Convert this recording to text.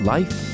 Life